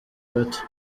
bato